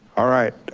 all right,